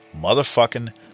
motherfucking